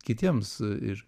kitiems ir